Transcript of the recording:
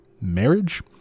marriage